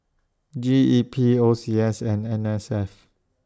G E P O C S and N S F